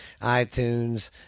itunes